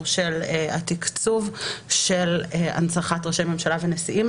התקצוב של הנצחת ראשי ממשלה ונשיאים.